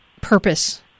purpose